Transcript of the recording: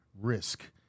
risk